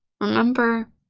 Remember